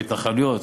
התנחלויות,